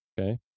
Okay